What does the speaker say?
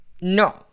No